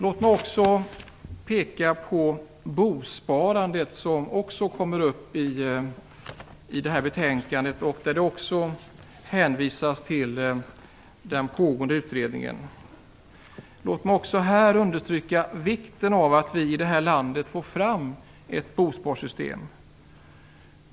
Låt mig så ta upp bosparandet, som också behandlas i detta betänkande. Även här hänvisas det till den pågående utredningen. Låt mig understryka vikten av att vi i det här landet får fram ett bosparsystem.